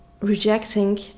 rejecting